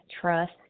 trust